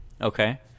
okay